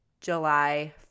July